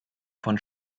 von